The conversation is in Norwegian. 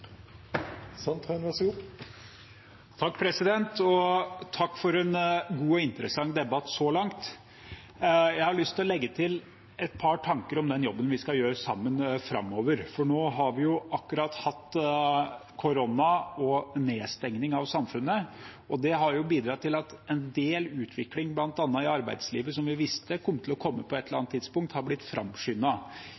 Takk for en god og interessant debatt så langt. Jeg har lyst til å legge til et par tanker om den jobben vi skal gjøre sammen framover. Nå har vi jo akkurat hatt korona og nedstengning av samfunnet, og det har bidratt til at en utvikling bl.a. i arbeidslivet som vi visste kom til å komme på et eller